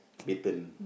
baton